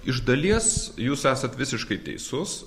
iš dalies jūs esat visiškai teisus